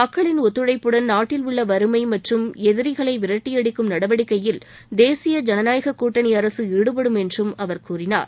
மக்களின் ஒத்துழைப்புடன் நாட்டில் உள்ள வறுமை மற்றும் எதிரிகளை விரட்டியடிக்கும் நடவடிக்கையில் தேசிய ஜனநாயக கூட்டணி அரசு ஈடுபடும் என்றும் அவர் கூறினார்